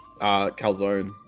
Calzone